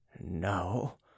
No